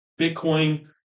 Bitcoin